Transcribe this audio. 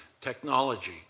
technology